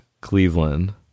Cleveland